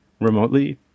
remotely